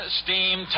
steam